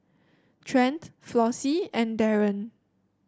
Trent Flossie and Daren